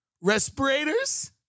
respirators